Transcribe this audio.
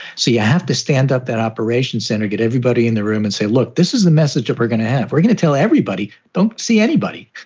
have to stand up that operation center, get everybody in the room and say, look, this is the message that we're gonna have. we're going to tell everybody, don't see anybody.